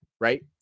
right